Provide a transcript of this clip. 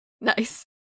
Nice